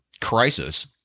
crisis